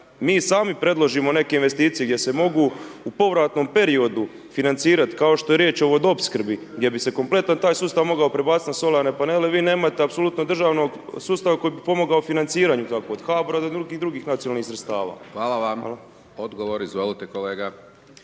mi sami predložimo neke investicije gdje se mogu u povratnom periodu financirati kao što je riječ o vodopskrbi gdje bi se kompletan taj sustav mogao prebaciti na solarne panele, vi nemate apsolutno državnog sustava koji bi pomogao financiranju od HBOR-a do drugih nacionalnih sredstava. **Hajdaš Dončić, Siniša